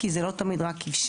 כי זה לא תמיד רק כבשן,